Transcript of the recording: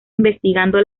investigando